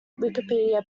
wikipedia